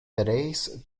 pereis